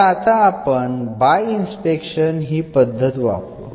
तर आता आपण बाइ इन्स्पेक्शन ही पद्धहत वापरू